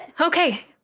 Okay